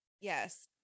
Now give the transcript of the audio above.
Yes